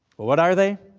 what are they?